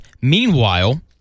Meanwhile